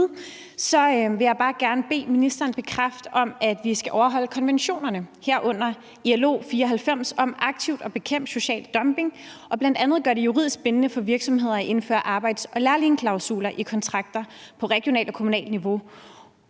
vil jeg bare gerne bede ministeren bekræfte, at vi skal overholde konventionerne, herunder ILO 94 om aktivt at bekæmpe social dumping og bl.a. gøre det juridisk bindende for virksomheder at indføre arbejds- og lærlingeklausuler i kontrakter på regionalt og kommunalt niveau.